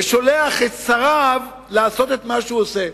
ושולח את שריו לעשות את מה שהוא עושה.